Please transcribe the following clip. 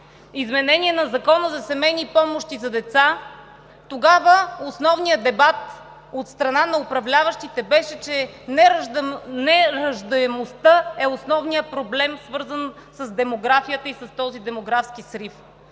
изменение на Закона за семейните помощи за деца, тогава основният дебат от страна на управляващите беше, че: не раждаемостта е основният проблем, свързан с демографията и с този демографски срив.